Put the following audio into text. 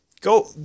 Go